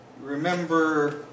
Remember